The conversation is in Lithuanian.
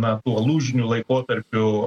na tuo lūžiniu laikotarpiu